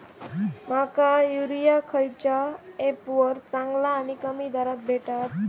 माका युरिया खयच्या ऍपवर चांगला आणि कमी दरात भेटात?